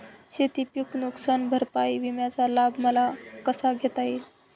शेतीपीक नुकसान भरपाई विम्याचा लाभ मला कसा घेता येईल?